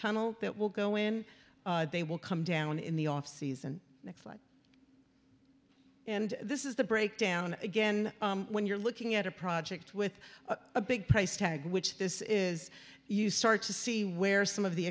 tunnel that will go in they will come down in the off season next slide and this is the breakdown again when you're looking at a project with a big price tag which this is you start to see where some of the